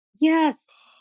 Yes